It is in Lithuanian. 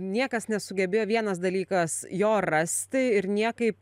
niekas nesugebėjo vienas dalykas jo rasti ir niekaip